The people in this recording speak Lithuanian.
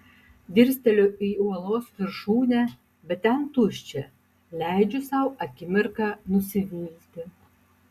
dirsteliu į uolos viršūnę bet ten tuščia leidžiu sau akimirką nusivilti